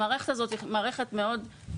המערכת הזאת מאוד חכמה,